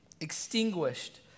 extinguished